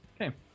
Okay